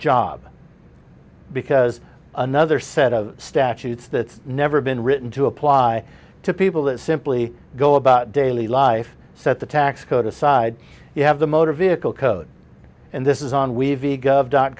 job because another set of statutes that's never been written to apply to people that simply go about daily life set the tax code aside you have the motor vehicle code and this is on